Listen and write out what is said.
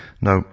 Now